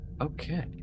okay